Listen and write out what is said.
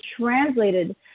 translated